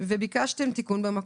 וביקשתם תיקון במקום.